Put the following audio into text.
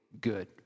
good